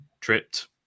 tripped